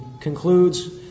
concludes